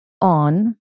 on